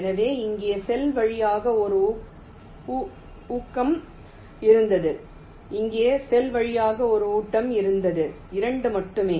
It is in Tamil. எனவே இங்கே செல் வழியாக ஒரு ஊட்டம் இருந்தது இங்கே செல் வழியாக ஒரு ஊட்டம் இருந்தது இரண்டு மட்டுமே